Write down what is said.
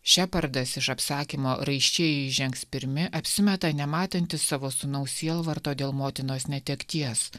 šepardas iš apsakymo raiščiai įžengs pirmi apsimeta nematantis savo sūnaus sielvarto dėl motinos netekties